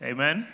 Amen